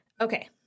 Okay